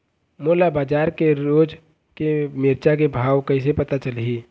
मोला बजार के रोज के मिरचा के भाव कइसे पता चलही?